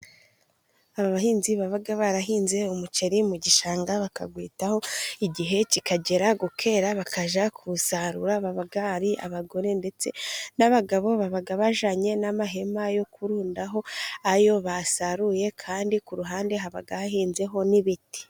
Abahinzi baba barahinze umuceri mu gishanga, bakawitaho igihe kikagera ukera bakajya kuwusarura, baba ari abagore ndetse n'abagabo, baba bajyanye n'amahema yo kurundaho, iyo basaruye kandi ku ruhande haba hahinzeho n'ibiti.